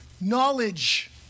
Knowledge